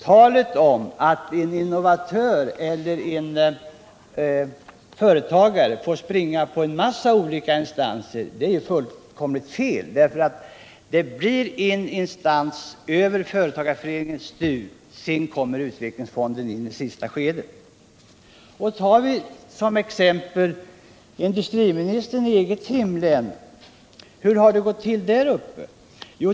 Talet om att en innovatör eller företagare får springa till många olika instanser är fullkomligt fel. Det blir en instans över företagarföreningen och STU — utvecklingsfonden kommer in i sista skedet. Vi kan ta industriministerns hemlän som exempel, och hur har det gått till där?